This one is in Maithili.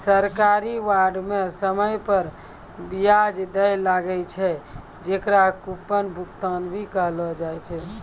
सरकारी बांड म समय पर बियाज दैल लागै छै, जेकरा कूपन भुगतान भी कहलो जाय छै